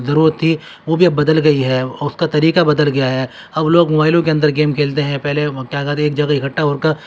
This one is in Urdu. ضرورت تھی وہ اب بدل گئی ہے اور اس کا طریقہ بدل گیا ہے اب لوگ موبائلوں کے اندر گیم کھیلتے ہیں پہلے کیا کہتے ایک جگہ اکٹھا ہور کر